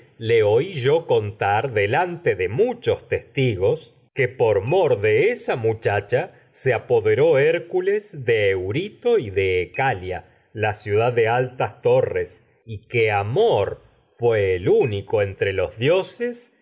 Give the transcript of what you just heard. le oí yó'contar esa de lante de muchos testigos de que por mor de muchacha la ciudad se apoderó altas hércules y eurito y de ecalia de torres que amor fué el único entre los dio